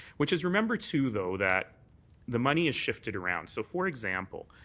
which is remember, too, though, that the money is shifted around. so, for example,